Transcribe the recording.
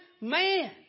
man